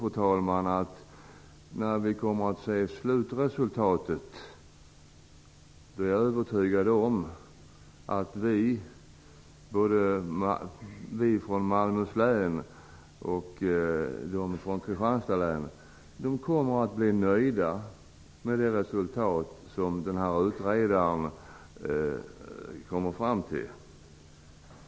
Jag tror, fru talman, att både vi från Malmöhus län och de från Kristianstads län kommer att bli nöjda med det resultat som utredaren kommer fram till.